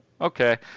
okay